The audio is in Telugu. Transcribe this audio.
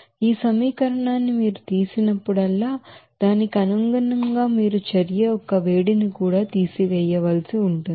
ఈ సమీకరణాన్ని మీరు తీసివేసేటప్పుడల్లా దానికి అనుగుణంగా మీరు హీట్ అఫ్ రియాక్షన్ ని కూడా తీసివేయవలసి ఉంటుంది